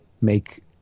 make